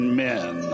men